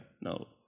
no